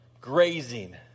grazing